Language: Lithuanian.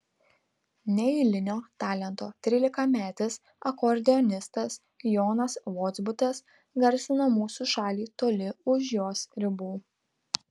neeilinio talento trylikametis akordeonistas jonas vozbutas garsina mūsų šalį toli už jos ribų